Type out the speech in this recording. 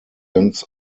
ganz